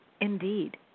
indeed